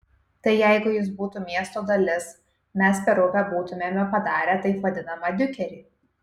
tai jeigu jis būtų miesto dalis mes per upę būtumėme padarę taip vadinamą diukerį